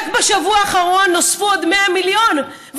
רק בשבוע האחרון נוספו עוד 100 מיליון,